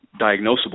diagnosable